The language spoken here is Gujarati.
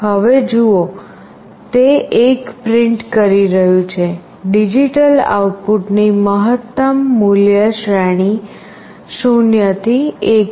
હવે જુઓ તે 1 પ્રિન્ટ કરી રહ્યું છે ડિજિટલ આઉટપુટની મહત્તમ મૂલ્ય શ્રેણી 0 થી 1 છે